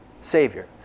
savior